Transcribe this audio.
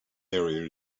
area